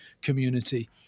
community